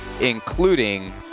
including